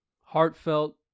heartfelt